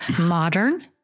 modern